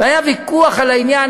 היה ויכוח על העניין,